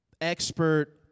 expert